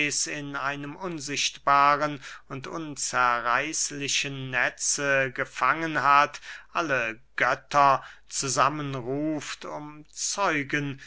in einem unsichtbaren und unzerreißlichen netze gefangen hat alle götter zusammenruft um zeugen